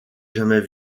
jamais